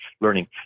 learning